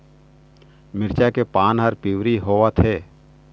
मिरचा के पान हर पिवरी होवथे?